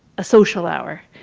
social hour.